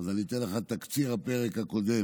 אז אני נותן לך תקציר לפרק הקודם: